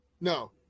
No